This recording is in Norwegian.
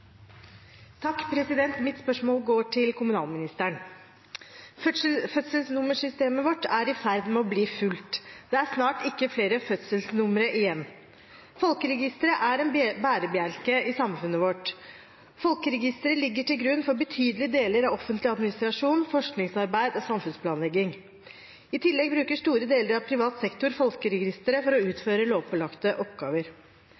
i ferd med å bli fullt, det er snart ikke flere fødselsnummer igjen. Folkeregisteret er en bærebjelke i samfunnet vårt. Folkeregisteret ligger til grunn for betydelige deler av offentlig administrasjon, forskningsarbeid og samfunnsplanlegging. I tillegg bruker store deler av privat sektor folkeregisteret for å